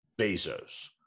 Bezos